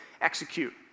execute